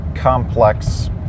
complex